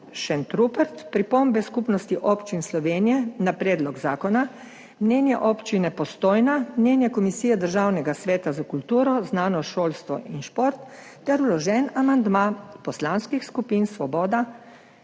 Šentrupert, pripombe Skupnosti občin Slovenije na predlog zakona, mnenje Občine Postojna, mnenje Komisije Državnega sveta za kulturo, znanost, šolstvo in šport ter vložen amandma Poslanskih skupin Svoboda,